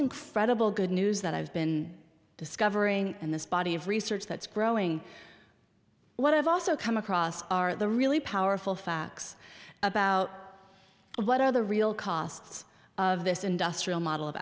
incredible good news that i've been discovering in this body of research that's growing what i've also come across are the really powerful facts about what are the real costs of this industrial model of